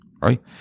right